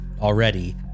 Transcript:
already